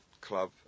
club